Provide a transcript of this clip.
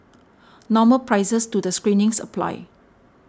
normal prices to the screenings apply